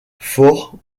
fort